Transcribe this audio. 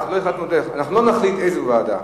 אנחנו לא נחליט איזו ועדה.